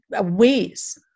ways